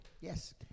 Yes